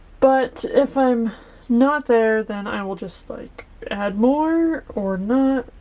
but if i'm not there then i will just like add more or not.